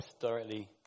directly